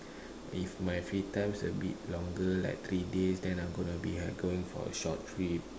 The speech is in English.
if my free times a bit longer like three days then I gonna be going for a short trip